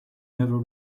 never